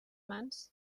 mans